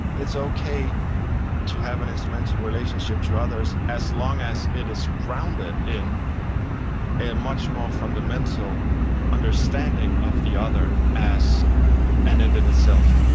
it's okay to have an instrumental relationship to others as long as it is grounded in a much more fundamental understanding of the other as an end in itself,